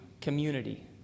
community